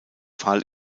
fall